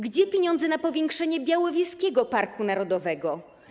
Gdzie pieniądze na powiększenie Białowieskiego Parku Narodowego?